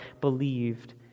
believed